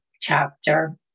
chapter